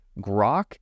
Grok